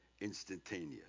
instantaneous